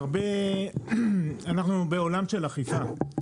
אנחנו בעולם של אכיפה.